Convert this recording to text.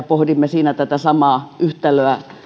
pohdimme siinä tätä samaa yhtälöä